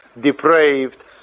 depraved